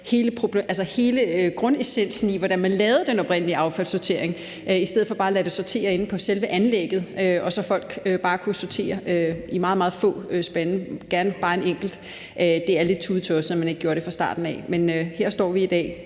hele grundessensen i, hvordan man lavede den oprindelige affaldssortering. I stedet for bare at lade det blive sorteret inde på selve anlægget kunne man bare lade folk sortere det i meget, meget få spande, gerne bare en enkelt. Det er lidt tudetosset, at man ikke gjorde det fra starten af, men her står vi i dag.